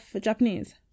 japanese